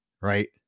right